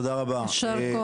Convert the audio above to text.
תודה רבה.